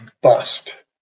bust